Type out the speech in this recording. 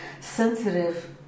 sensitive